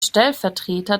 stellvertreter